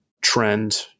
trend